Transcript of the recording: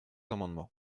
amendements